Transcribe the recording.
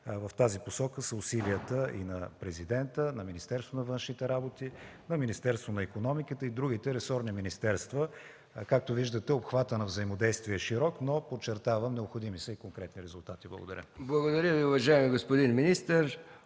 В тази посока са усилията на Президента, на Министерството на външните работи, на Министерството на икономиката и другите ресорни министерства. Както виждате обхватът на взаимодействие е широк, но, подчертавам, необходими са и конкретни резултати. Благодаря. ПРЕДСЕДАТЕЛ МИХАИЛ МИКОВ: Благодаря Ви, уважаеми господин министър.